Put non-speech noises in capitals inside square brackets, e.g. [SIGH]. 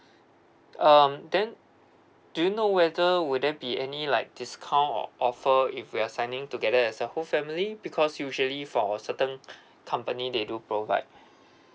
um then do you know whether will there be any like discount or offer if we're signing together as a whole family because usually for a certain [BREATH] company they do provide